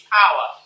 power